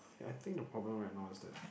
I think the problem right now is that